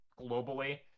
globally